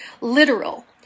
literal